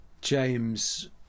james